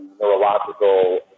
neurological